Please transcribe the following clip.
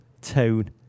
tone